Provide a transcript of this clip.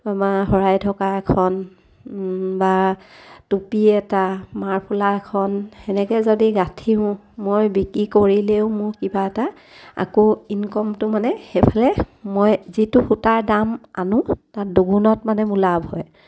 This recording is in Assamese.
শৰাই ঢকা এখন বা টুপী এটা মাফুলাৰ এখন সেনেকৈ যদি গাঁঠিও মই বিক্ৰী কৰিলেও মোৰ কিবা এটা আকৌ ইনকমটো মানে সেইফালে মই যিটো সূতাৰ দাম আনো তাত দুগুণত মানে মোৰ লাভ হয়